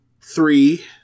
three